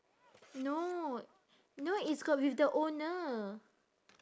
no no it's got with the owner